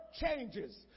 changes